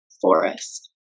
forest